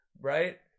right